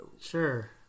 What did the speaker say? sure